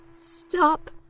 stop